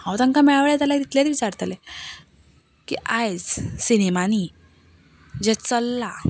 हांव तांकां मेळ्ळें जाल्यार इतलेंच विचारतलें की आयज सिनेमांनी जें चल्लां